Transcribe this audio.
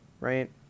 right